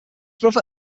brother